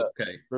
okay